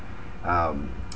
um